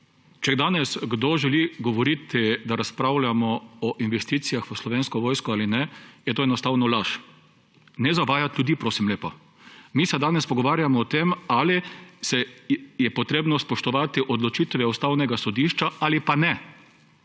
Če danes kdo želi govoriti, da razpravljamo o investicijah v Slovensko vojsko ali ne, je to enostavno laž. Ne zavajati ljudi, prosim lepo! Mi se danes pogovarjamo o tem, ali je treba spoštovati odločitve Ustavnega sodišča ali pa ne.